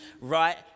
Right